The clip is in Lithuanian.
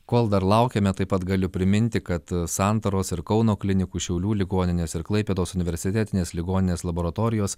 kol dar laukiame taip pat galiu priminti kad santaros ir kauno klinikų šiaulių ligoninės ir klaipėdos universitetinės ligoninės laboratorijos